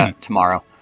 Tomorrow